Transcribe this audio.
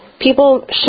People